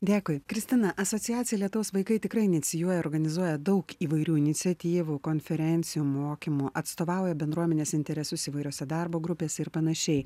dėkui kristina asociacija lietaus vaikai tikrai inicijuoja organizuoja daug įvairių iniciatyvų konferencijų mokymų atstovauja bendruomenės interesus įvairiose darbo grupėse ir panašiai